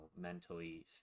mentally